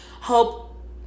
hope